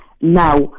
now